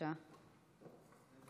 יעל